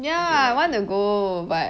ya I want to go butt